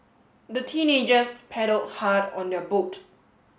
the teenagers paddled hard on their boat